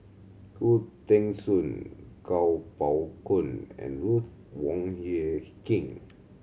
Khoo Teng Soon Kuo Pao Kun and Ruth Wong Hie King